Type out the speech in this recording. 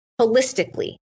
holistically